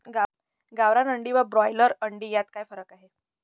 गावरान अंडी व ब्रॉयलर अंडी यात काय फरक आहे?